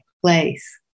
place